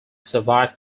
survive